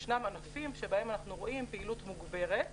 יש ענפים שבהם אנחנו רואים פעילות מוגברת,